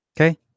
Okay